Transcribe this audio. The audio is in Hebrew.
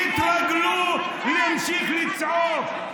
תתרגלו להמשיך לצעוק.